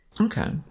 Okay